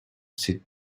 sit